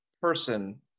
person